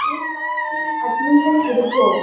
ഈ അഡ്മിഷൻ എടുക്കുവോ